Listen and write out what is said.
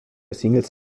singles